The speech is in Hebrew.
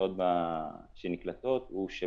הבקשות שנקלטות הוא,